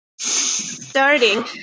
starting